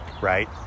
right